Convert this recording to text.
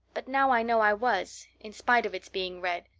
but now i know i was, in spite of its being red,